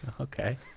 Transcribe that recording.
Okay